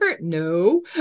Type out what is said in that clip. No